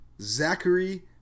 Zachary